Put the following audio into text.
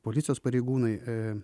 policijos pareigūnai